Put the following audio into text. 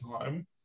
time